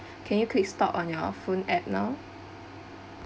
can you click stop on your phone app now